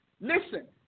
listen